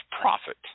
profit